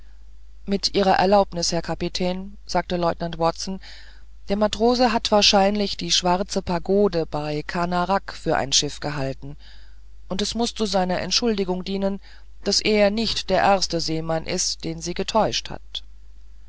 mit ihrer erlaubnis herr kapitän sagte leutnant watson der matrose hat wahrscheinlich die schwarze pagode bei kanarak für ein schiff gehalten und es muß zu seiner entschuldigung dienen daß er nicht der erste seemann ist den sie getäuscht hat